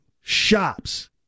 shops